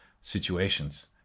situations